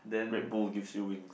Red-Bull gives you wings